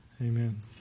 Amen